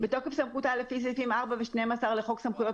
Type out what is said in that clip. בתוקף סמכותה לפי סעיפים 4 ו-12 לחוק סמכויות